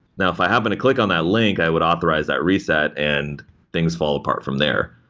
now, if i happen to click on that link, i would authorize that reset and things fall apart from there.